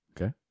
Okay